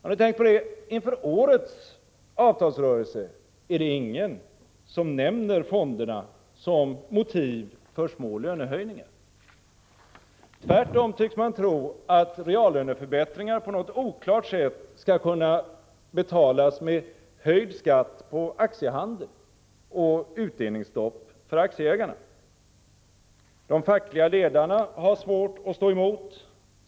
Har ni tänkt på att inför årets avtalsrörelse är det ingen som nämner fonderna som motiv för små lönehöjningar? Tvärtom tycks man tro att reallöneförbättringar på något oklart sätt skall kunna betalas med höjd skatt på aktiehandel och utdelningsstopp för aktieägarna. De fackliga ledarna har svårt att stå emot.